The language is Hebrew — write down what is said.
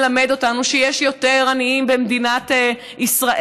מלמד אותנו שיש יותר עניים במדינת ישראל,